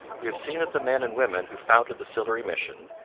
we have seen that the men and women who founded the sillery mission,